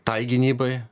tai gynybai